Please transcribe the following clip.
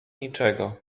niczego